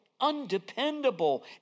undependable